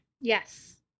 Yes